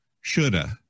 shoulda